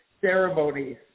ceremonies